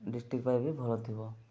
district ବି ଭଲ ଥିବ